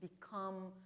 become